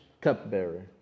cupbearer